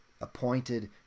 appointed